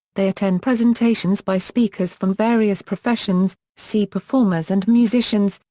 they attend presentations by speakers from various professions, see performers and musicians,